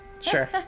sure